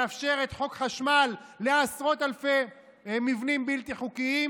מאפשרת חוק חשמל לעשרות אלפי מבנים בלתי חוקיים,